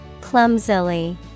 Clumsily